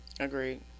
Agreed